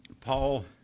Paul